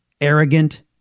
arrogant